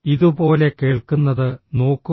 ഇതുപോലെ കേൾക്കുന്നത് നോക്കുക